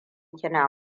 kina